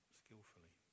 skillfully